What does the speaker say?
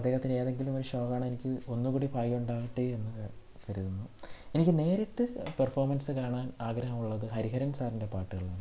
അദ്ദേഹത്തിൻ്റെ ഏതെങ്കിലും ഒരു ഷോ കാണാൻ എനിക്ക് ഒന്നു കൂടി ഭാഗ്യമുണ്ടാകട്ടെ എന്ന് ഞാൻ കരുതുന്നു എനിക്ക് നേരിട്ട് പെർഫോമൻസ് കാണാൻ ആഗ്രഹമുള്ളത് ഹരിഹരൻ സാറിൻ്റെ പാട്ടുകളാണ്